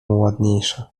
ładniejsze